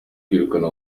kwirukana